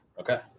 Okay